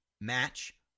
Match